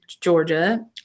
Georgia